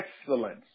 excellence